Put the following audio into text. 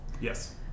yes